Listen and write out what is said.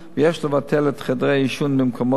ויש לבטל את חדרי העישון במקומות הציבוריים,